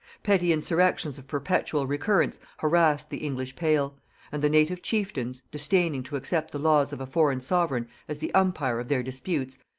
petty insurrections of perpetual recurrence harassed the english pale and the native chieftains disdaining to accept the laws of a foreign sovereign as the umpire of their disputes,